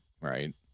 right